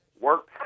work